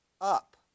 up